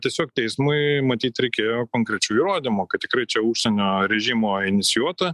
tiesiog teismui matyt reikėjo konkrečių įrodymų kad tikrai čia užsienio režimo inicijuota